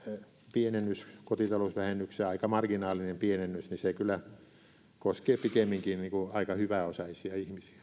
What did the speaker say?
pienennys kotitalousvähennykseen aika marginaalinen pienennys kyllä koskee pikemminkin aika hyväosaisia